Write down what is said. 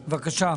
בבקשה.